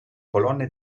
colonne